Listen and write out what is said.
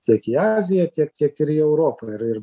tiek į aziją tiek tiek ir į europą ir ir